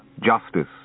justice